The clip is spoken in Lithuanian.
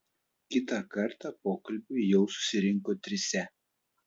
kitą kartą pokalbiui jau susirinko trise